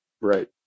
right